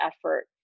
effort